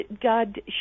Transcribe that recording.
god